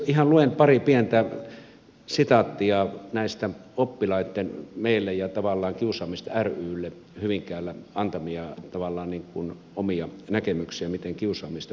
ihan luen pari pientä sitaattia näistä oppilaitten meille ja tavallaan kiusaamista vastaan rylle hyvinkäällä antamista tavallaan omista näkemyksistään miten kiusaamista tulisi estää